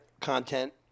content